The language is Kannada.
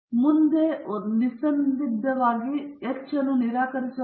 ಮತ್ತು ಮುಂದಿನ ಒಂದು ಬಿಟ್ ಹೆಚ್ಚು ನಿಸ್ಸಂದಿಗ್ಧವಾಗಿ H ನಿರಾಕರಿಸುವ